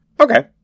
Okay